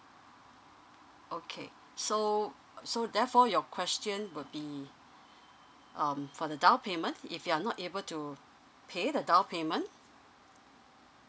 okay so so therefore your question will be um for the down payment if you're not able to pay the down payment